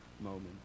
moment